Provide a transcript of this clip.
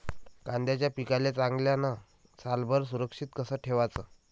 कांद्याच्या पिकाले चांगल्यानं सालभर सुरक्षित कस ठेवाचं?